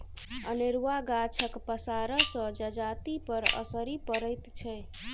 अनेरूआ गाछक पसारसँ जजातिपर असरि पड़ैत छै